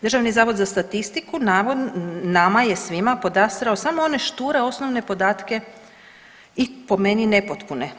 Državni zavod za statistiku nama je svima podastro samo one šture, osnovne podatke i po meni nepotpune.